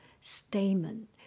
stamen